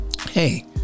hey